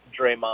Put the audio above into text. Draymond